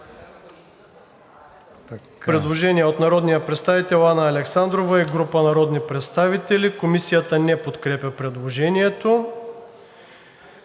Предложение на народния представител Анна Александрова и група народни представители. Комисията не подкрепя предложението.